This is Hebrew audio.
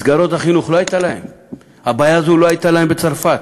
מסגרות החינוך, הבעיה הזאת לא הייתה להם בצרפת.